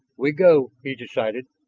we go, he decided.